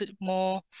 more